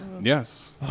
Yes